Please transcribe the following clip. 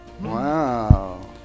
Wow